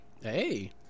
Hey